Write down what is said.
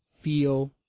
feel